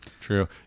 true